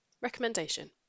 Recommendation